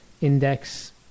index